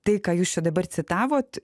tai ką jūs čia dabar citavot